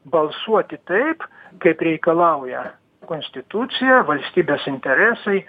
balsuoti taip kaip reikalauja konstitucija valstybės interesai